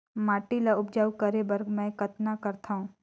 माटी ल उपजाऊ करे बर मै कतना करथव?